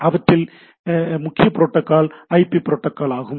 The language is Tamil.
ஆனால் இவற்றில் முக்கிய புரோட்டோக்கால் ஐபி புரோட்டோக்கால் ஆகும்